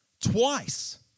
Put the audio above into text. twice